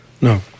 No